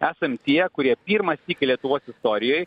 esam tie kurie pirmą sykį lietuvos istorijoj